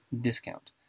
discount